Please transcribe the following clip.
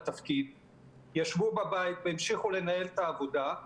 ישבו בבית והמשיכו לנהל את העבודה,